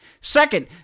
Second